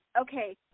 Okay